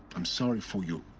i'm sorry for your.